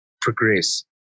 progress